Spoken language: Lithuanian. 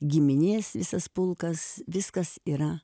giminės visas pulkas viskas yra